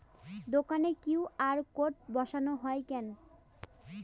দোকানে QR code বসানো হয় কেন?